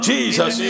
Jesus